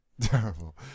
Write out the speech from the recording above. Terrible